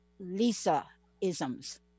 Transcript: Lisa-isms